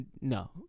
No